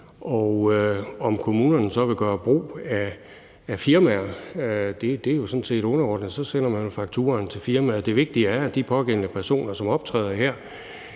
Om kommunerne så vil gøre brug af firmaer, er jo sådan set underordnet. Så sender man jo fakturaen til kommunen. Det vigtige er, at de pågældende personer, som optræder her,